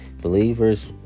believers